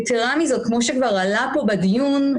יתרה מזאת, כמו שכבר עלה פה בדיון,